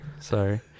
sorry